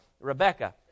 Rebecca